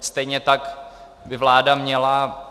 Stejně tak by vláda měla